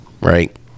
right